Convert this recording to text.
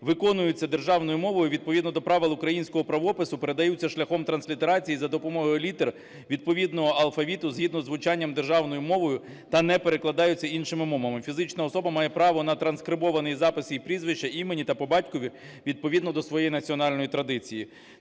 виконується державною мовою відповідно до правил українського правопису, передаються шляхом транслітерації за допомогою літер відповідного алфавіту, згідно з звучанням державною мовою, та не перекладаються іншими мовами. Фізична особа має право на транскрибований запис її прізвища, імені та по батькові відповідно до своєї національної традиції.